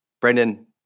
Brendan